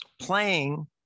playing